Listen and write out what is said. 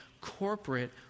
corporate